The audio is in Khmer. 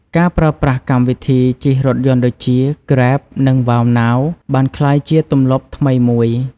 ការប្រើប្រាស់កម្មវិធីជិះរថយន្តដូចជា Grab និង វ៉ាវណាវ (WowNow) បានក្លាយជាទម្លាប់ថ្មីមួយ។